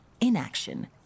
inaction